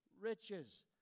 riches